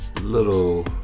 little